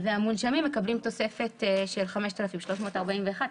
המונשמים מקבלים תוספת של 5,341 שקל לחודש,